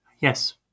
Yes